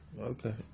Okay